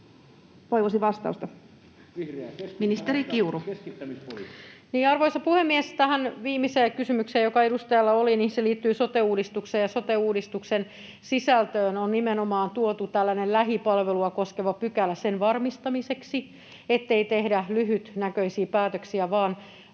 (Pia Kauma kok) Time: 16:35 Content: Arvoisa puhemies! Tähän viimeiseen kysymykseen, joka edustajalla oli: Se liittyi sote-uudistukseen, ja sote-uudistuksen sisältöön on nimenomaan tuotu tällainen lähipalvelua koskeva pykälä sen varmistamiseksi, ettei tehdä lyhytnäköisiä päätöksiä vaan